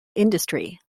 industry